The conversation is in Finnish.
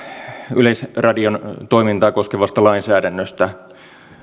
yleisradion toimintaa koskevasta lainsäädännöstä